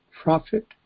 prophet